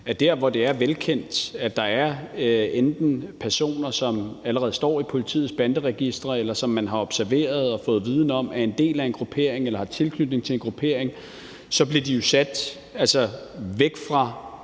at der, hvor det er velkendt, at der er enten personer, som allerede står i politiets banderegistre, eller som man har observeret og fået viden om er en del af en gruppering eller har tilknytning til en gruppering, bliver de jo sat væk fra